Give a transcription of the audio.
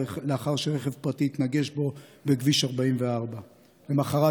לאחר שרכב פרטי התנגש בו בכביש 44. למוחרת,